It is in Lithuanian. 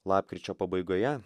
lapkričio pabaigoje